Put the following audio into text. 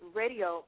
radio